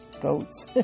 goats